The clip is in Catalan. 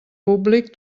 públic